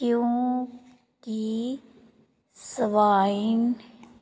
ਕਿਉਂਕਿ ਸਵਾਈਨ